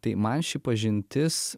tai man ši pažintis